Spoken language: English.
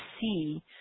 see